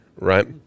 right